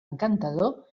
encantador